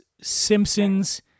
Simpsons